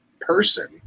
person